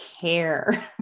care